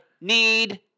need